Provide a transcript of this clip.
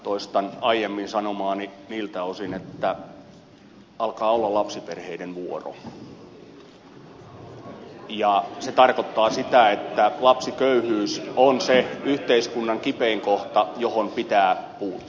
toistan aiemmin sanomaani niiltä osin että alkaa olla lapsiperheiden vuoro ja se tarkoittaa sitä että lapsiköyhyys on se yhteiskunnan kipein kohta johon pitää puuttua